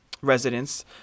residents